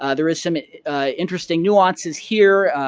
ah there is some interesting nuances here.